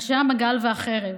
אנשי המגל והחרב,